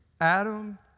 Adam